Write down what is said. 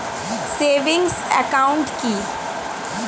Savings account কি?